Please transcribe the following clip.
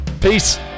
peace